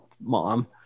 mom